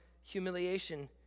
humiliation